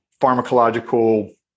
pharmacological